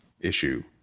issue